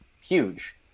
huge